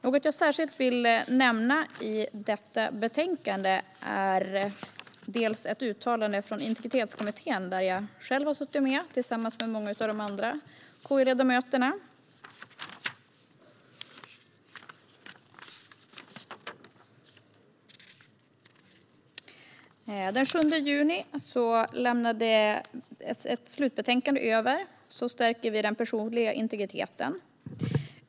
Något i detta betänkande som jag särskilt vill nämna är ett uttalande från Integritetskommittén, där jag själv har suttit tillsammans med många av de andra KU-ledamöterna. Den 7 juni överlämnades slutbetänkandet Så stärker vi den personliga integriteten .